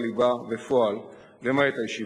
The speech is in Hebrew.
בנוסף,